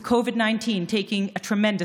שבו הקורונה גובה מחיר עצום.